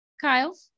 kyle